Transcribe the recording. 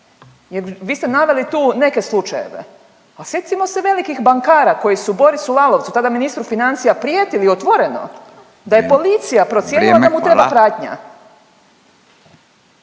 Jer vi ste naveli tu neke slučajeve. A sjetimo se velikih bankara koji su Borisu Lalovcu, tada ministru financija prijetili otvoreno da je policija procijenila da mu treba pratnja.